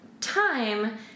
time